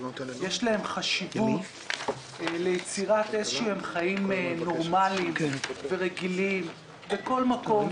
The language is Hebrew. יש להן חשיבות ליצירת איזה שהם חיים נורמליים ורגילים בכל מקום,